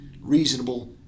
reasonable